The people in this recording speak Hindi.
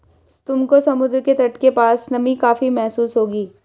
तुमको समुद्र के तट के पास नमी काफी महसूस होगी